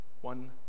one